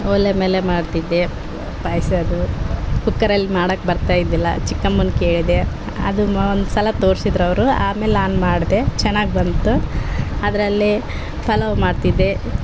ಒಲೆ ಮೇಲೆ ಮಾಡ್ತಿದ್ದೆ ಪಾಯಸದು ಕುಕ್ಕರಲ್ಲಿ ಮಾಡೋಕ್ ಬರ್ತಾ ಇದ್ದಿಲ್ಲಾ ಚಿಕ್ಕಮ್ಮನ ಕೇಳಿದೆ ಅದು ಒಂದು ಸಲ ತೋರ್ಸಿದ್ರೆ ಅವರು ಆಮೇಲೆ ನಾನು ಮಾಡಿದೆ ಚೆನ್ನಾಗ್ ಬಂತು ಅದರಲ್ಲಿ ಪಲಾವ್ ಮಾಡ್ತಿದ್ದೆ